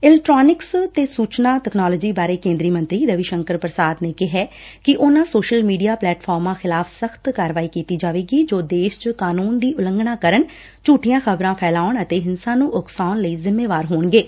electronics ਤੇ ਸੁਚਨਾ technology ਬਾਰੇ ਕੇਦਰੀ ਮੰਤਰੀ ਰਵੀ ਸ਼ੰਕਰ ਪ੍ਰਸਾਦ ਨੇ ਕਿਹੈ ਕਿ ਉਨਾਂ ਸੋਸ਼ਲ ਮੀਡੀਆ ਪਲੈਟਫਾਰਮਾ ਖ਼ਿਲਾਫ਼ ਸਖ਼ਤ ਕਾਰਵਾਈ ਕੀਤੀ ਜਾਵੇਗੀ ਜੋ ਦੇਸ਼ ਚ ਕਾਨੂੰਨ ਦੀ ਉਲੰਘਣਾ ਕਰਨ ਝੂਠੀਆ ਖ਼ਬਰਾ ਫੈਲਾਉਣ ਅਤੇ ਹਿੰਸਾ ਨੂੰ ਉਕਸਾਉਣ ਲਈ ਜਿੰਮੇਵਾਰ ਹੋਣਗੇ